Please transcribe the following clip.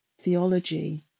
Theology